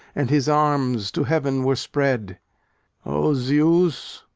and his arms to heaven were spread o zeus,